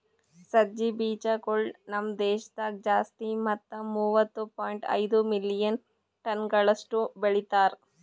ಸಜ್ಜಿ ಬೀಜಗೊಳ್ ನಮ್ ದೇಶದಾಗ್ ಜಾಸ್ತಿ ಮತ್ತ ಮೂವತ್ತು ಪಾಯಿಂಟ್ ಐದು ಮಿಲಿಯನ್ ಟನಗೊಳಷ್ಟು ಬೆಳಿತಾರ್